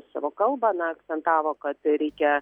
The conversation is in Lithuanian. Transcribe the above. savo kalbą na akcentavo kad reikia